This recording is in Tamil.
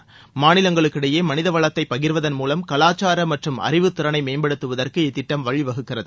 பல்வேற நாடுகளிடையே மனிதவளத்தை பகிர்வதன் மூலம் கலாச்சார மற்றும் அறிவுத்திறனை மேம்படுத்துவதற்கு இத்திட்டம் வழிவகுக்கிறது